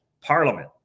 parliament